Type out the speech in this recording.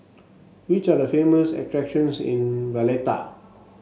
which are the famous attractions in Valletta